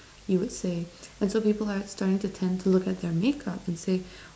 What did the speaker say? you would say until people are starting to tend to look at their makeup and say